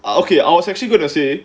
I okay I was actually going to say